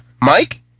Mike